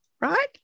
right